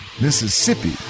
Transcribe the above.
Mississippi